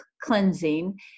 cleansing